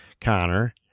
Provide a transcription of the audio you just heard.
Connor